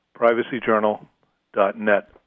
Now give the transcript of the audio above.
privacyjournal.net